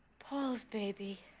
paul's, baby